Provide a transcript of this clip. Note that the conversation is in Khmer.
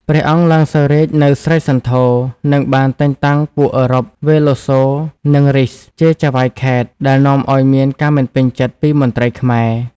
ព្រះអង្គឡើងសោយរាជ្យនៅស្រីសន្ធរ និងបានតែងតាំងពួកអឺរ៉ុប វេឡូសូ និងរីស ជាចៅហ្វាយខេត្ត ដែលនាំឱ្យមានការមិនពេញចិត្តពីមន្ត្រីខ្មែរ។